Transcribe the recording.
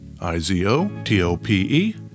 I-Z-O-T-O-P-E